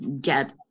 get